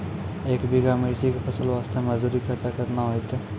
एक बीघा मिर्ची के फसल वास्ते मजदूरी खर्चा केतना होइते?